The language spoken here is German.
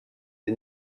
die